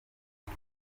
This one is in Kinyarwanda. ibi